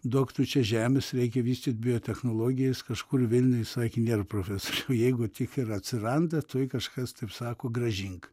duok tu čia žemės reikia vystyt biotechnologijas kažkur vilniuj sakė nėra profesoriau jeigu tik ir atsiranda tai kažkas taip sako grąžink